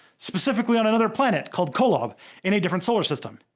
specifically, on another planet called kolob in a different solar system.